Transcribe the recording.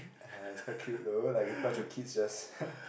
ah it's quite cute though like a bunch of kids just ppo